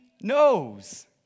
knows